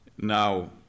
Now